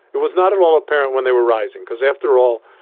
it was not at all apparent when they were rising because, after all,